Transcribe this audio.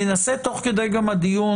ננסה תוך כדי הדיון,